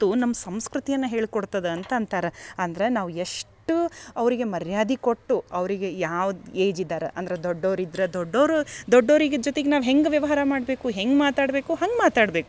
ನಮ್ಮ ಸಂಸ್ಕೃತಿಯನ್ನ ಹೇಳ್ಕೊಡ್ತದ ಅಂತ ಅಂತರ ಅಂದ್ರ ನಾವು ಎಷ್ಟು ಅವರಿಗೆ ಮರ್ಯಾದಿ ಕೊಟ್ಟು ಅವಿರಿಗೆ ಯಾವ್ದು ಏಜ್ ಇದ್ದಾರ ಅಂದ್ರ ದೊಡ್ಡವ್ರಿದ್ದರ ದೊಡ್ಡವರು ದೊಡ್ಡವರಿಗೆ ಜೊತಿಗೆ ನಾವು ಹೆಂಗೆ ವ್ಯವಹಾರ ಮಾಡಬೇಕು ಹೆಂಗೆ ಮಾತಾಡಬೇಕೋ ಹಂಗೆ ಮಾತಾಡಬೇಕು